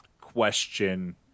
question